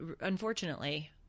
Unfortunately